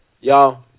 Y'all